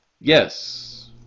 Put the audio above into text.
Yes